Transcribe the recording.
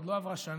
עוד לא עברה שנה.